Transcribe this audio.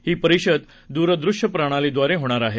ही परिषद द्रदृश्य प्रणाली द्वारे होणार आहे